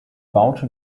baute